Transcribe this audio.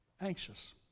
anxious